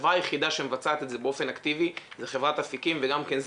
החברה היחידה שמבצעת את זה באופן אקטיבי זה חברת אפיקים וגם כן,